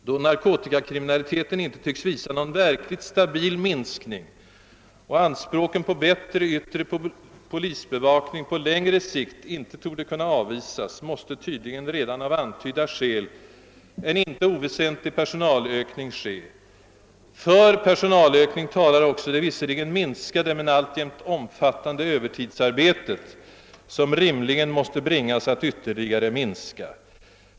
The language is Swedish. Då narkotikakriminaliteten inte tycks visa någon verkligt stabil minskning och anspråken på bättre yttre polisbevakning på längre sikt inte torde kunna avvisas, måste tydligen redan av antydda skäl en inte oväsentlig personalökning ske. För personalökning talar också det visserligen minskade men alltjämt omfattande övertidsarbetet, som rimligen måste bringas att ytterligare minska.